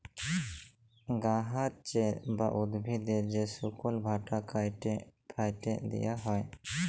গাহাচের বা উদ্ভিদের যে শুকল ভাগ ক্যাইটে ফ্যাইটে দিঁয়া হ্যয়